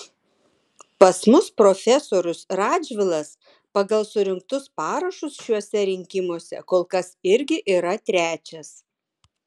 pas mus profesorius radžvilas pagal surinktus parašus šiuose rinkimuose kol kas irgi yra trečias